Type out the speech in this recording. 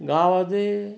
गावात आहे